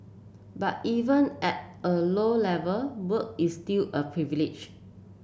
but even at a low level work is still a privilege